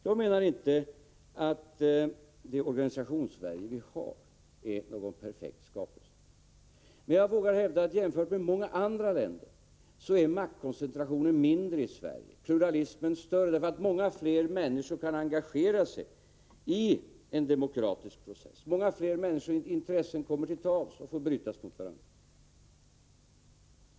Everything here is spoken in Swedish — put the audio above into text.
Jag menar inte att det Organisationssverige vi har är någon perfekt skapelse, men jag vågar hävda att jämfört med många andra länder är maktkoncentrationen mindre i Sverige, pluralismen större, därför att många fler människor kan engagera sig i en demokratisk process. Många fler människors intressen kommer till tals och får bryta sig mot varandra.